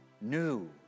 new